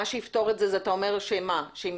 אתה אומר שמה שיפתור את זה,